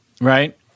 Right